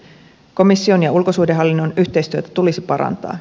komission ja ulkosuhdehallinnon yhteistyötä tulisi parantaa